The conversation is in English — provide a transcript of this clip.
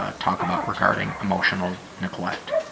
ah talk about regarding emotional neglect?